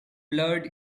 blurred